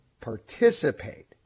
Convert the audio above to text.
participate